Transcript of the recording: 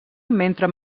mentre